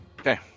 Okay